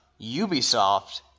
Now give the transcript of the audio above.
Ubisoft